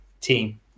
team